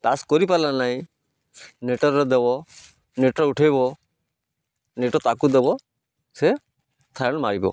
pass କରିପାରିଲା ନାହିଁ ନେଟର୍ରେ ଦେବ ନେଟର୍ ଉଠେଇବ ନେଟର୍ ତା'କୁ ଦେବ ସେ ମାରିବ